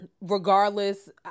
Regardless